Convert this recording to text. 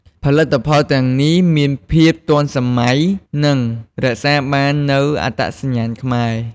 ផលិតផលទាំងនេះមានភាពទាន់សម័យ និងរក្សាបាននូវអត្តសញ្ញាណខ្មែរ។